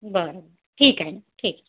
बरं ठीक आहे ठीक